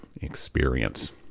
experience